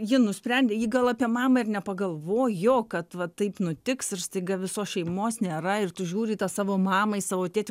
ji nusprendė ji gal apie mamą ir nepagalvojo kad va taip nutiks ir staiga visos šeimos nėra ir tu žiūri į tą savo mamą į savo tėtį